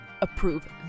approve